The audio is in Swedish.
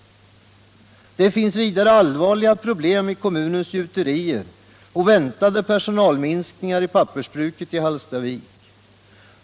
Det finns vidare allvarliga problem i kommunens gjuterier och väntade personalminskningar i pappersbruket i Hallstavik.